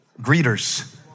greeters